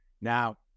Now